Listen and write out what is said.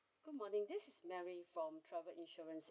good morning this is mary from travel insurance